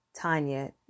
Tanya